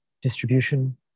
Distribution